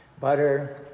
Butter